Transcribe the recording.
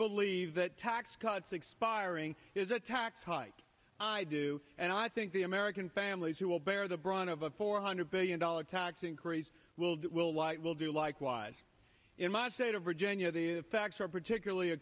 believe that tax cuts expiring is a tax hike i do and i think the american families who will bear the brunt of a four hundred billion dollars tax increase will light will do likewise in my state of virginia the facts are particularly a